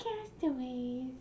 castaways